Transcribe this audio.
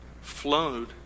flowed